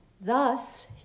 Thus